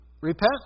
Repent